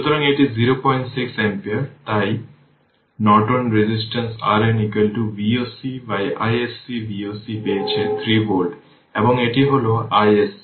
এবং তাই Norton resistance RN V o c by iSC Voc পেয়েছে 3 ভোল্ট এবং এটি হল iSC এবং এটি r 5 Ω